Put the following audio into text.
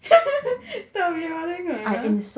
stop yawning ah